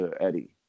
Eddie